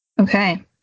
Okay